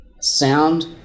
sound